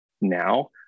now